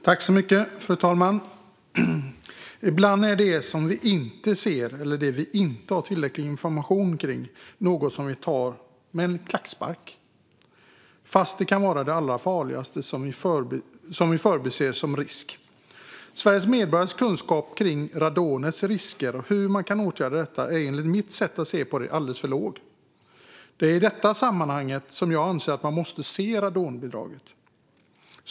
Fru talman! Ibland är det som vi inte ser eller inte har tillräcklig information om något som vi tar med en klackspark, även om det kan vara det allra farligaste som vi förbiser som risk. Sveriges medborgares kunskap om radonets risker och hur man kan åtgärda dessa är enligt mitt sätt att se det alldeles för låg. Det är i detta sammanhang som jag anser att man måste se radonbidraget.